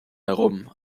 herum